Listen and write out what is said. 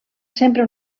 sempre